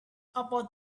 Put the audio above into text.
about